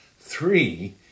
Three